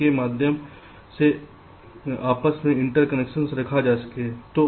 जिसके माध्यम से आपस में इंटरकनेक्शन रखा जा सकता है